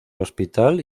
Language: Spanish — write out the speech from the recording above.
hospital